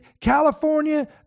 California